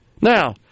Now